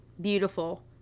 beautiful